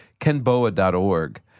KenBoa.org